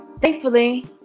Thankfully